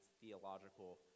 theological